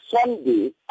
Sunday